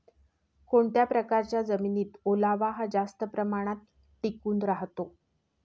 कोणत्या प्रकारच्या जमिनीत ओलावा हा जास्त प्रमाणात टिकून राहतो?